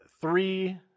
three